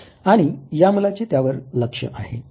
आणि या मुलाचे त्यावर लक्ष आहे